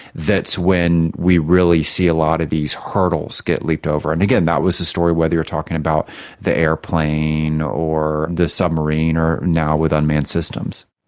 that's when we really see a lot of these hurdles get leaped over. and again, that was the story whether you're talking about the airplane, or the submarine, or now with unmanned systems.